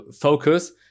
focus